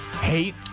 hate